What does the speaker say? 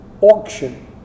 auction